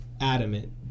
adamant